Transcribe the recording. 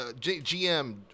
GM